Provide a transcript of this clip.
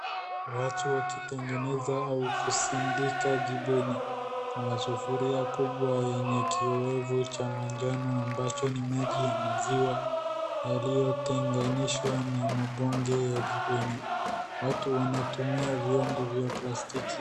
Watu wakitengeneza au kusindika jibini. Kuna sufuria kubwa yenye kiyowevu cha manjano ambacho ni maji ya maziwa yaliyotenganishwa na madonge ya jibini. Watu wanatumia vyombo vya plastiki.